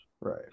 Right